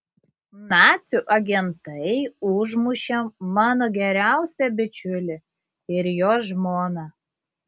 nacių agentai užmušė mano geriausią bičiulį ir jo žmoną